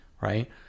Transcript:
right